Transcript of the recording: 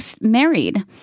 married